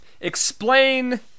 Explain